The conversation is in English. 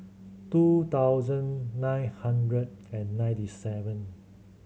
two thousand nine hundred and ninety seven